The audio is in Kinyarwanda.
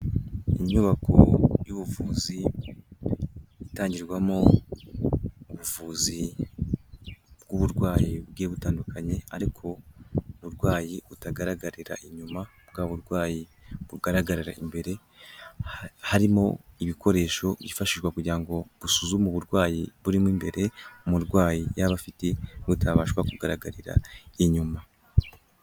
Inyubako y'ubuvuzi itangirwamo ubuvuzi bw'uburwayi bugiye butandukanye, ariko uburwayi butagaragarira inyuma bwa burwayi bugaragara imbere, harimo ibikoresho byifashishwa kugira ngo busuzume uburwayi burimo imbere, umurwayi yaba afite butabasha kugaragarira inyuma.